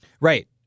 Right